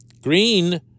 Green